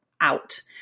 out